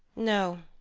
no,